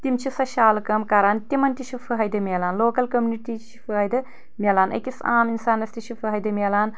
تِم چھِ سۄ شالہٕ کٲم کران تمن تہِ چھُ فٲیِدٕ مِلان لوکل کمیونٹی چھ فٲیِدٕ ملان أکس عام انسانس تہِ چھُ فٲیِدٕ مِلان